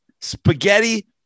spaghetti